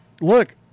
look